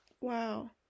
Wow